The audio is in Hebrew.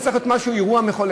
זה צריך להיות אירוע מחולל.